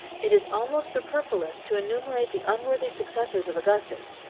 it is almost superfluous to enumerate the unworthy successors of augustus.